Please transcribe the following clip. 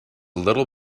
little